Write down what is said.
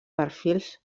perfils